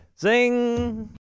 Zing